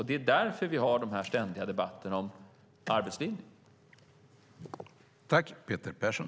Det är därför vi har de här ständiga debatterna om arbetslinjen.